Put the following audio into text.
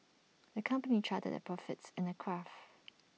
the company charted their profits in A graph